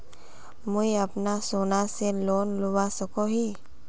मुई अपना सोना से लोन लुबा सकोहो ही?